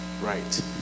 right